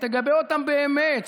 שתגבה אותם באמת,